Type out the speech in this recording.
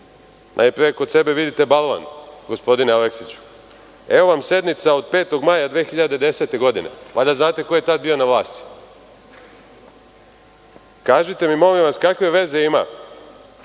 najpre kod sebe vidite balvan gospodine Aleksiću. Evo, vam sednica od 5. maja 2010. godine, valjda znate ko je tad bio na vlasti. Kažite mi molim vas kakve veze ima,